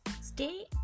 Stay